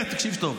תקשיב טוב.